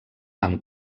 amb